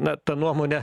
na ta nuomonė